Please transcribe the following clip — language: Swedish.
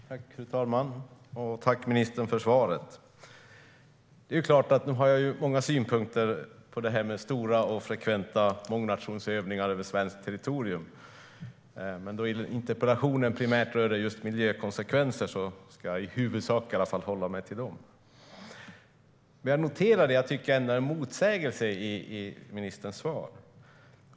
Fru talman! Jag tackar ministern för svaret. Det är klart att jag har många synpunkter på detta med stora och frekventa mångnationsövningar över svenskt territorium. Men då interpellationen primärt rör miljökonsekvenser ska jag i huvudsak hålla mig till dem. Jag noterar det som jag uppfattar som en motsägelse i ministerns svar.